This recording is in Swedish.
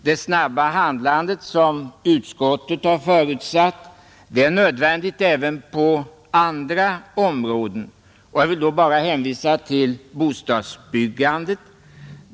Det snabba handlande som utskottet har förutsatt är nödvändigt även på andra områden, och jag vill då bara hänvisa till bostadsbyggandet.